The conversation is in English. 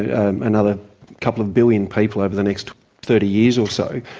and another couple of billion people over the next thirty years or so,